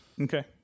Okay